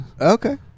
okay